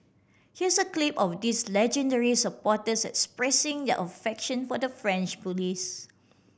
here's a clip of these legendary supporters expressing their affection for the French police